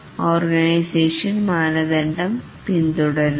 organisation മാനദണ്ഡം പിന്തുടരുന്നു